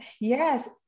Yes